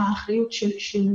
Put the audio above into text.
מה האחריות שלי,